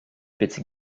petits